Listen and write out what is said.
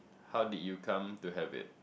how did you come to have it